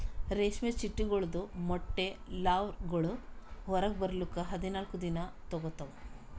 ರೇಷ್ಮೆ ಚಿಟ್ಟೆಗೊಳ್ದು ಮೊಟ್ಟೆ ಲಾರ್ವಾಗೊಳ್ ಹೊರಗ್ ಬರ್ಲುಕ್ ಹದಿನಾಲ್ಕು ದಿನ ತೋಗೋತಾವ್